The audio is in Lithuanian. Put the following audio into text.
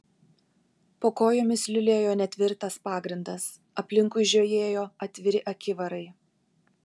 po kojomis liulėjo netvirtas pagrindas aplinkui žiojėjo atviri akivarai